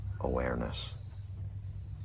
awareness